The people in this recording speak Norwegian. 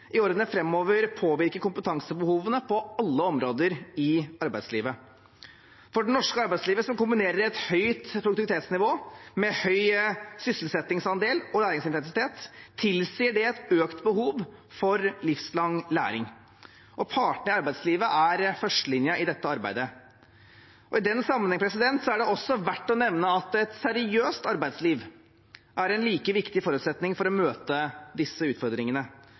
i årene framover påvirke kompetansebehovene på alle områder i arbeidslivet. For det norske arbeidslivet som kombinerer et høyt produktivitetsnivå med høy sysselsettingsandel og læringsintensitet, tilsier det et økt behov for livslang læring. Partene i arbeidslivet er førstelinjen i dette arbeidet. I den sammenheng er det også verdt å nevne at et seriøst arbeidsliv er en like viktig forutsetning for å møte disse utfordringene.